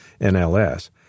NLS